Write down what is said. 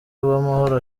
uwamahoro